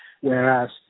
Whereas